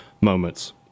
moments